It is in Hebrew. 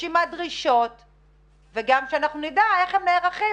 רשימת דרישות וגם נדע איך הם נערכים